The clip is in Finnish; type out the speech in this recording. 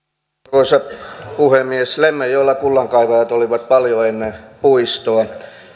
arvoisa puhemies lemmenjoella kullankaivajat olivat paljon ennen puistoa